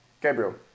Gabriel